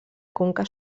conca